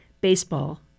Baseball